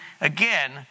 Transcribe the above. again